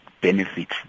benefits